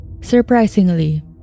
Surprisingly